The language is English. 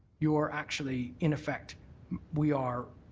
you're actually, in effect we are,